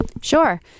Sure